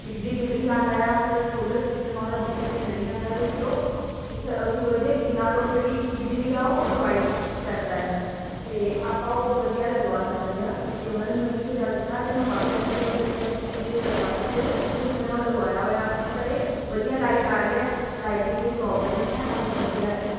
ਬਿਜਲੀ ਬਿਲ ਵੀ ਆਉਂਦਾ ਆ ਪਰ ਸੋਲਰ ਸਿਸਟਮ ਵਾਲਾ ਬਿਜਲੀ ਬਿਲ ਨਹੀਂ ਆਉਂਦਾ ਕਿਉਂਕਿ ਉਹ ਸੂਰਜ ਦੀਆਂ ਕਿਰਨਾਂ ਤੋਂ ਜਿਹੜੀ ਬਿਜਲੀ ਆ ਉਹ ਪ੍ਰੋਵਾਈਡ ਕਰਦਾ ਆ ਤੇ ਆਪਾਂ ਉਹ ਵਧੀਆ ਲਗਵਾ ਸਕਦੇ ਆਂ ਤੇ ਉਹਨਾਂ ਨੇ ਮੈਨੂੰ ਇਹ ਸਜਾ ਦਿੱਤਾ ਤੇ ਮੈਂ ਬਾਕੀਆਂ ਨੂੰ ਵੀ ਦੱਸਿਆ ਕਿ ਤੁਸੀਂ ਵੀ ਇਹ ਲਗਵਾ ਸਕਦੇ ਹੋ ਤੇ ਹੁਣ ਮੈਂ ਲਗਵਾਇਆ ਹੋਇਆ ਆਪਣੇ ਘਰੇ ਵਧੀਆ ਲਾਈਟ ਆ ਰਹੀ ਹੈ ਲਾਈਟ ਕੋਈ ਪ੍ਰੋਬਲਮ ਨਹੀਂ ਹੈ ਉਹਦੇ ਨਾਲ ਵਧੀਆ